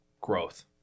growth